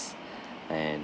and